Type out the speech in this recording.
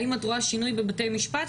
האם את רואה שינוי בבתי משפט?